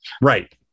Right